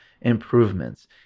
improvements